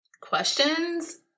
questions